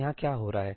यहाँ क्या हो रहा है